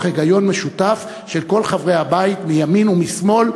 היגיון משותף של כל חברי הבית מימין ומשמאל,